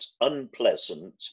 unpleasant